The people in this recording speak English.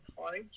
hard